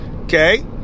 Okay